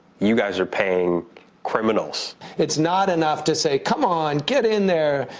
you guys are paying criminals. it's not enough to say, come on, get in there.